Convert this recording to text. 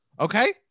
Okay